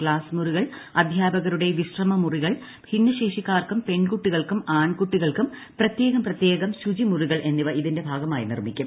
class മുറികൾ അധ്യാപകരുടെ വിശ്രമമുറികൾ ഭിന്നശേഷിക്കാർക്കും പെൺകുട്ടികൾക്കും ആൺകുട്ടികൾക്കും പ്രത്യേകം പ്രത്യേകം ശുചിമുറികൾ എന്നിവ ഇതിന്റെ ഭാഗമായി നിർമിക്കും